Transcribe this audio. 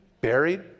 buried